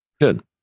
Good